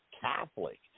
Catholic